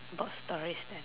about stories then